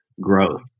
growth